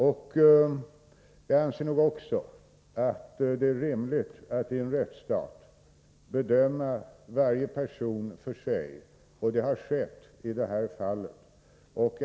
Även jag anser att det är rimligt att i en rättsstat bedöma varje person för sig, och så har skett i det här fallet.